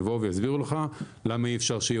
יבואו ויסבירו לך למה אי אפשר שיהיה